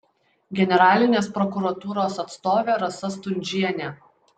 generalinės prokuratūros atstovė rasa stundžienė